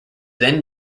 then